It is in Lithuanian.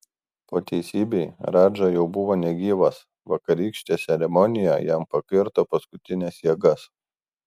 po teisybei radža jau buvo negyvas vakarykštė ceremonija jam pakirto paskutines jėgas